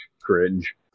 Cringe